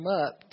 up